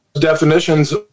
definitions